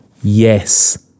Yes